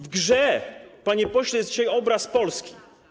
W grze, panie pośle, jest dzisiaj obraz Polski.